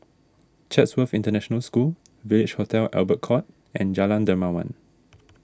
Chatsworth International School Village Hotel Albert Court and Jalan Dermawan